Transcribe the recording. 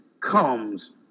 comes